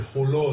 ככולו,